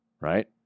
right